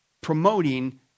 promoting